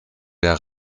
der